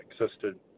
existed